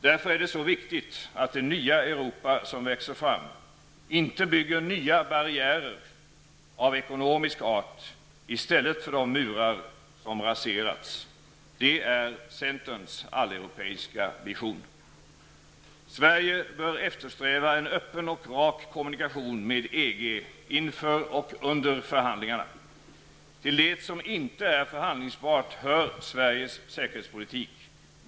Därför är det mycket viktigt att det nya Europa som växer fram inte bygger nya barriärer av ekonomisk art i stället för de murar som raserats. Det är centerns alleuropeiska vision. Sverige bör eftersträva en öppen och rak kommunikation med EG inför och under förhandlingarna. Till det som inte är förhandlingsbart hör Sveriges säkerhetspolitik.